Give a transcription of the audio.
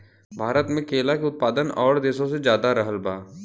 भारत मे केला के उत्पादन और देशो से ज्यादा रहल बा